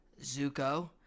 Zuko